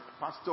pastor